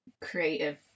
creative